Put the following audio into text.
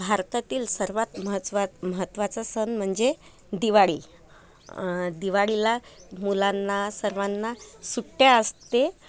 भारतातील सर्वात महच्वा महत्वाचं सण म्हणजे दिवाळी दिवाळीला मुलांना सर्वांना सुट्ट्या असते